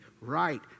right